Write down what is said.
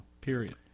period